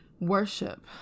Worship